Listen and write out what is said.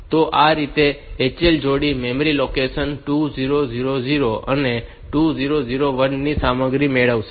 તો આ રીતે આ HL જોડી મેમરી લોકેશન 2000 અને 2001 ની સામગ્રી મેળવશે